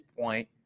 point